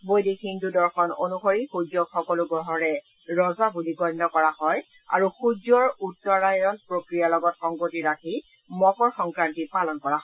বৈদিক হিন্দু দৰ্শন অনুসৰি সূৰ্যক সকলো গ্ৰহৰে ৰজা বুলি গণ্য কৰা হয় আৰু সূৰ্যৰ উত্তৰায়ণ প্ৰক্ৰিয়াৰ লগত সংগতি ৰাখি মকৰ সংক্ৰান্তি পালন কৰা হয়